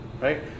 right